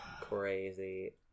Crazy